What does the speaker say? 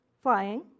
flying